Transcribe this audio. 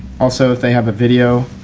also if they have a video,